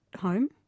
home